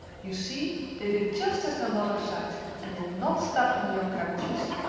you see they did just as their mother said, and did not step on the young cabbages.